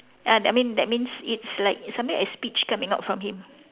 ah that mean that means it's like something like a speech coming out of him